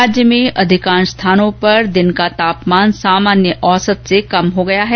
राज्य में अधिकांश स्थानों पर दिन का तापमान सामान्य औसत से कम हो गया है